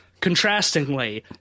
Contrastingly